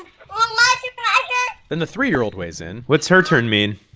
um ah ah yeah then the three year old weighs in what's her turn mean?